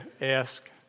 ask